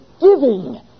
giving